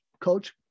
coach